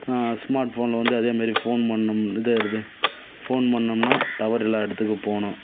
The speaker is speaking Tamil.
ஸ்மார்ட் ஃபோனில் வந்து அதே மாரி ஃபோன் பண்ணும் இது வருது ஃபோன் பண்ணோம்னா டவர் எல்லா இடத்துக்கு போகணும்